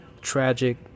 tragic